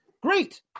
Great